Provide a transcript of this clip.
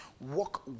Walk